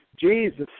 Jesus